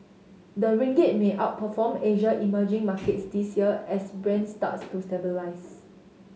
the ringgit may outperform Asia emerging markets this year as Brent starts to stabilise